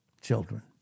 children